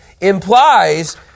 implies